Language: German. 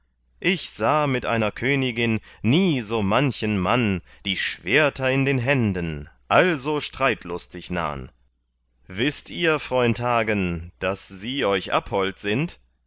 ich sah mit einer königin nie so manchen mann die schwerter in den händen also streitlustig nahn wißt ihr freund hagen daß sie euch abhold sind